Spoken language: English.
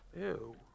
Ew